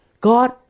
God